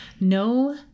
no